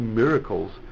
miracles